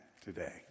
today